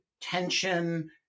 tension